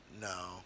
No